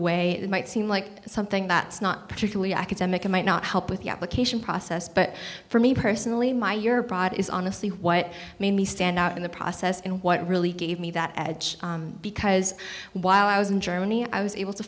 that might seem like something that's not particularly academic or might not help with the application process but for me personally my your pride is honestly what made me stand out in the process and what really gave me that edge because while i was in germany i was able to